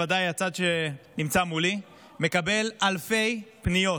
בוודאי הצד שנמצא מולי, אלפי פניות